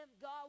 God